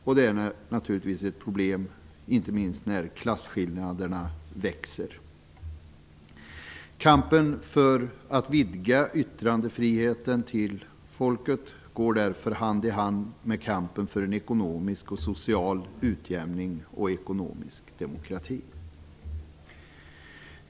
Och det är ett problem, inte minst när klasskillnaderna ökar. Kampen för att vidga yttrandefriheten till folket går därför hand i hand med kampen för en ekonomisk och social utjämning och ekonomisk demokrati.